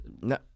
No